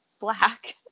black